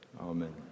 Amen